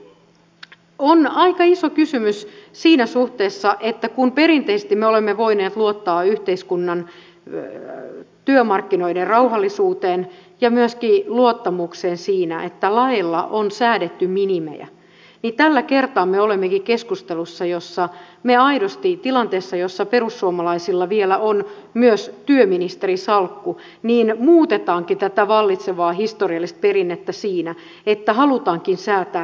on aika iso kysymys siinä suhteessa kun perinteisesti me olemme voineet luottaa yhteiskunnan työmarkkinoiden rauhallisuuteen ja myöskin luottamukseen siinä että laeilla on säädetty minimejä että tällä kertaa me olemmekin keskustelussa jossa me aidosti tilanteessa jossa perussuomalaisilla vielä on myös työministerin salkku muutammekin tätä vallitsevaa historiallista perinnettä siinä että halutaankin säätää maksimeja